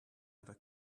other